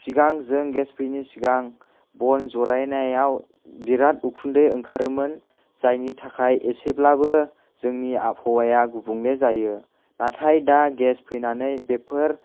सिगां जों गेस फैयिनि सिगां बन जरायनायाव बिराद उखुन्दै ओंखारोमोन जायनि थाखाय एसेब्लाबो जोंनि आबहावाया गुबुंले जायो नाथाय दा गेस फैनानै बेफोर